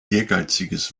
ehrgeiziges